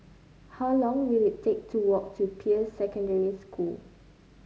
how long will it take to walk to Peirce Secondary School